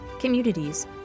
communities